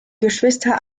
geschwister